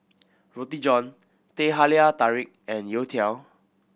Roti John Teh Halia Tarik and youtiao